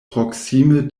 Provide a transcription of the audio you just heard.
proksime